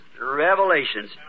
Revelations